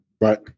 Right